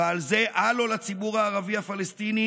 ועל זה אל לו לציבור הערבי הפלסטיני